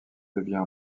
devient